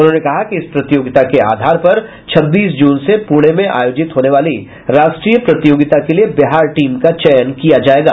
उन्होंने कहा कि इस प्रतियोगिता के आधार पर छब्बीस जून से पूणे में आयोजित होने वाली राष्ट्रीय प्रतियोगिता के लिए बिहार टीम का चयन किया जायेगा